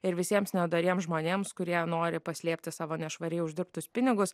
ir visiems nedoriems žmonėms kurie nori paslėpti savo nešvariai uždirbtus pinigus